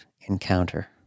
encounter